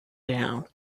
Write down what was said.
down